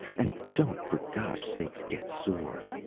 and don't, for gosh sakes, get sore.